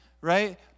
right